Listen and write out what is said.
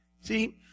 See